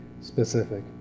specific